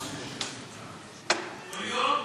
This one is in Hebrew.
גם.